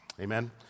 Amen